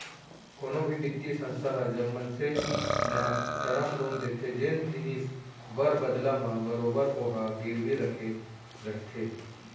कोनो भी बित्तीय संस्था ह जब मनसे न टरम लोन देथे जेन जिनिस बर बदला म बरोबर ओहा गिरवी रखे रहिथे